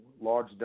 large